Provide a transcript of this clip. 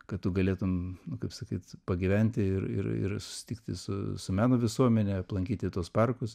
kad tu galėtum kaip sakyt pagyventi ir ir ir susitikti su su meno visuomene aplankyti tuos parkus